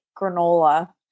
granola